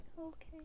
okay